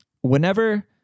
whenever